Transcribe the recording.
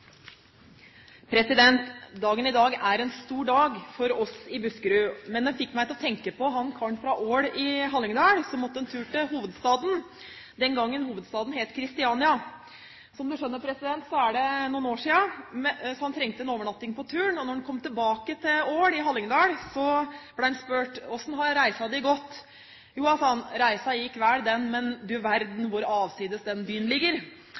en stor dag for oss i Buskerud. Men den fikk meg til å tenke på han karen fra Ål i Hallingdal som måtte en tur til hovedstaden den gangen hovedstaden het Kristiania. Som man skjønner, er det noen år siden, så han trengte en overnatting på turen. Da han kom tilbake til Ål i Hallingdal, ble han spurt: Hvordan har reisen din gått? Jo da, sa han, reisen gikk vel den, men du verden hvor avsides den byen ligger.